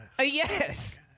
Yes